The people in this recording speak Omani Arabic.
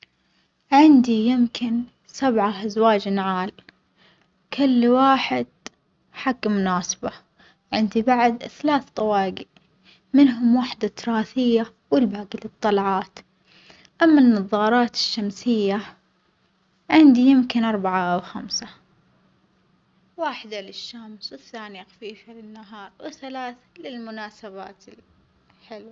عندي يمكن سبعة أزواج نعال كل واحد حج مناسبة، عندي بعد ثلاث طواجي منهم واحدة تراثية والباجي للطلعات، أما النظارات الشمسية عندي يمكن أربعة أو خمسة، واحدة للشمس والثانية خفيفة للنهار وثلاث للمناسبات الحلوة.